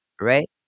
right